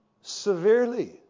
severely